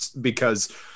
because-